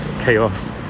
chaos